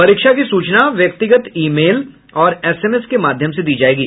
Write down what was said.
परीक्षा की सूचना व्यक्तिगत ई मेल और एस एम एस के माध्यम से दी जायेगी